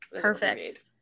Perfect